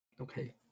Okay